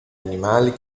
animali